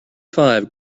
five